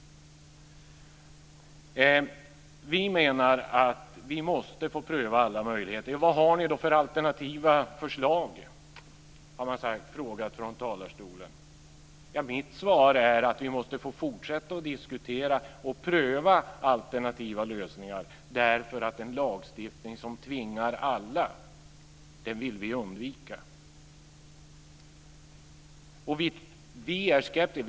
Vi menar att vi måste få pröva alla möjligheter. Man har frågat från talarstolen vad vi har för alternativa förslag. Mitt svar är att vi måste få fortsätta att diskutera och pröva alternativa lösningar därför att vi vill undvika en lagstiftning som tvingar alla. Vi är skeptiska.